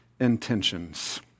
Intentions